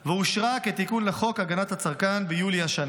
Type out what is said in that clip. ואושרה כתיקון לחוק הגנת הצרכן ביולי השנה.